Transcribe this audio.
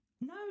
no